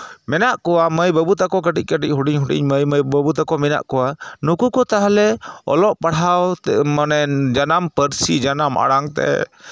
ᱢᱮᱱᱟᱜ ᱠᱚᱣᱟ ᱢᱟᱹᱭ ᱵᱟᱹᱵᱩ ᱛᱟᱠᱚ ᱠᱟᱹᱴᱤᱡ ᱠᱟᱹᱴᱤᱡ ᱦᱩᱰᱤᱧ ᱦᱩᱰᱤᱧ ᱢᱟᱹᱭ ᱵᱟᱹᱵᱩ ᱛᱟᱠᱚ ᱢᱮᱱᱟᱜ ᱠᱚᱣᱟ ᱱᱩᱠᱩ ᱠᱚ ᱛᱟᱦᱚᱞᱮ ᱚᱞᱚᱜ ᱯᱟᱲᱦᱟᱣ ᱢᱟᱱᱮ ᱡᱟᱱᱟᱢ ᱯᱟᱹᱨᱥᱤ ᱡᱟᱱᱟᱢ ᱟᱲᱟᱝᱛᱮ